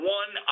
one